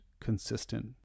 consistent